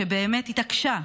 שבאמת התעקשה,